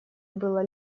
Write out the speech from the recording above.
было